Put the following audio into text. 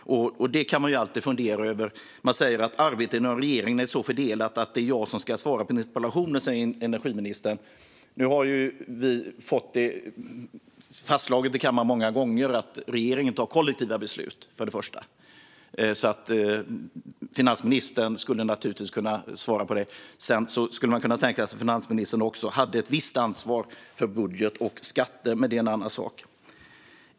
Det kan man alltid fundera över. "Arbetet inom regeringen är så fördelat att det är jag som ska svara på interpellationen", säger energiministern. Vi har ju fått det fastslaget i kammaren många gånger att regeringen fattar kollektiva beslut, så finansministern skulle naturligtvis kunna svara. Man skulle också kunna tänka sig att finansministern har ett visst ansvar för budget och skatter, men det är en annan sak.